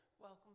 Welcome